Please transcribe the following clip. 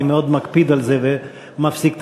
אני מאוד מקפיד על זה ומפסיק את